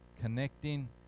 Connecting